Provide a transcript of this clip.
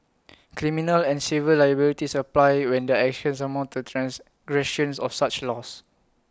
criminal and civil liabilities apply when their actions amount to transgressions of such laws